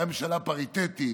הייתה ממשלה פריטטית,